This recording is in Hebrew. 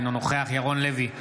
אינו נוכח ירון לוי,